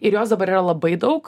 ir jos dabar yra labai daug